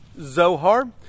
Zohar